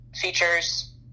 features